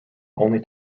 only